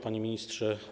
Panie Ministrze!